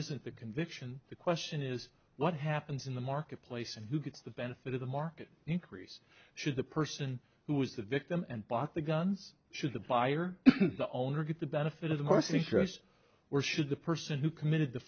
isn't the conviction the question is what happens in the marketplace and who gets the benefit of the market increase should the person who was the victim and bought the guns should the buyer the owner get the benefit of the most interest where should the person who committed the